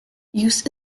use